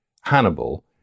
Hannibal